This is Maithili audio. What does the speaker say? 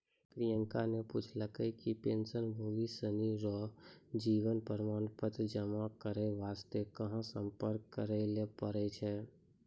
प्रियंका ने पूछलकै कि पेंशनभोगी सिनी रो जीवन प्रमाण पत्र जमा करय वास्ते कहां सम्पर्क करय लै पड़ै छै